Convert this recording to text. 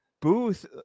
Booth